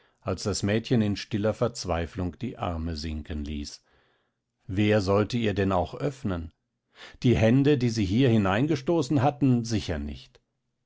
als das mädchen in stiller verzweiflung die arme sinken ließ wer sollte ihr denn auch öffnen die hände die sie hier hineingestoßen hatten sicher nicht